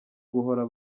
guhora